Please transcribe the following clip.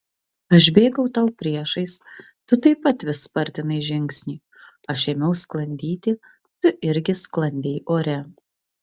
aš bėgau tau priešais tu taip pat vis spartinai žingsnį aš ėmiau sklandyti tu irgi sklandei ore